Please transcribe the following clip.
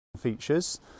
features